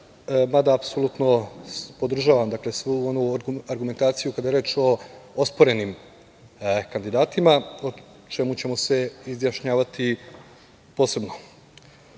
mada apsolutno podržavam svu onu argumentaciju kada je reč osporenim kandidatima, o čemu ćemo se izjašnjavati posebno. Nažalost